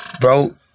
Bro